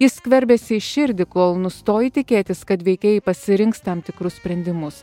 jis skverbiasi į širdį kol nustoji tikėtis kad veikėjai pasirinks tam tikrus sprendimus